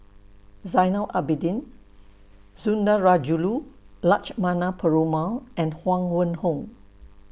Zainal Abidin Sundarajulu Lakshmana Perumal and Huang Wenhong